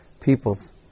peoples